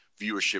viewership